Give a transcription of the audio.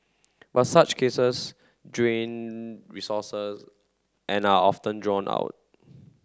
but such cases drain resources and are often drawn out